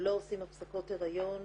לא עושים הפסקות הריון,